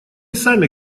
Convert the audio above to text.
сами